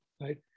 right